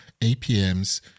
APMs